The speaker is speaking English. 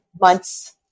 months